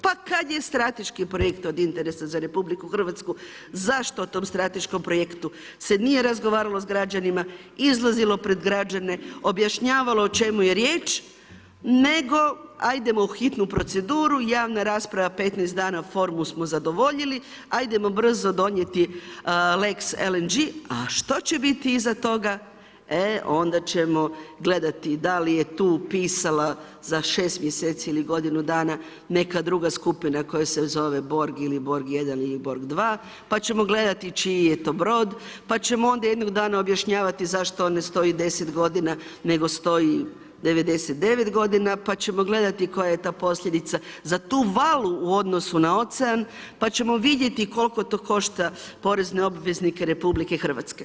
Pa kad je strateški projekt od interesa za RH zašto o tom strateškom projektu se nije razgovaralo s građanima, izlazilo pred građane, objašnjavalo o čemu je riječ, nego ajdemo u hitnu proceduru, javna rasprava 15 dana, formu smo zadovoljili, hajdemo brzo donijeti lex LNG, a što će biti iza toga, e onda ćemo gledati da li je tu pisala za 6 mjeseci ili godinu dana neka druga skupina koja se zove Borg ili Borg 1 ili Borg 2, pa ćemo gledati čiji je to brod, pa ćemo onda jednog dana objašnjavati zašto ne stoji 10 godina nego stoji 99 godina, pa ćemo gledati koja je ta posljedica za tu valu u odnosu na ocean pa ćemo vidjeti koliko to košta porezne obveznike RH.